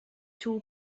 two